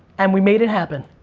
and we made it happen.